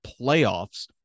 playoffs